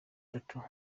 batanu